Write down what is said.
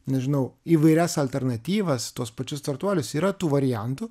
nežinau įvairias alternatyvas tuos pačius startuolius yra tų variantų